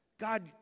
God